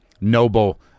noble